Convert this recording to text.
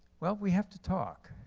well, we have to talk.